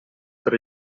per